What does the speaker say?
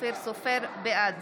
בעד